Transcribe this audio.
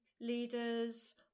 leaders